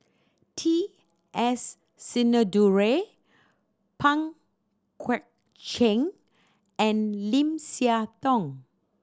T S Sinnathuray Pang Guek Cheng and Lim Siah Tong